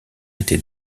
était